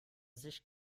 sicht